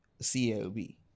CLB